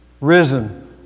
risen